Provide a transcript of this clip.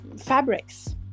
fabrics